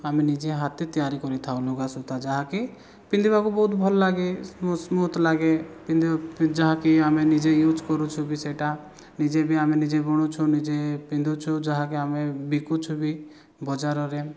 ଆମେ ନିଜେ ହାତେ ତିଆରି କରିଥାଉ ଲୁଗାସୂତା ଯାହାକି ପିନ୍ଧିବାକୁ ବହୁତ ଭଲ ଲାଗେ ସ୍ମୁଥ ଲାଗେ ପିନ୍ଧୁ ଯାହାକି ଆମେ ନିଜେ ୟୁଜ୍ କରୁଛୁ ବି ସେଇଟା ନିଜେ ବି ଆମେ ବୁଣୁଛୁ ନିଜେ ପିନ୍ଧୁଛୁ ଯାହକି ଆମେ ବିକୁଛୁ ବି ବଜାରରେ